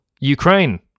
Ukraine